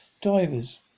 Divers